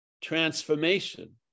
transformation